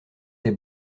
des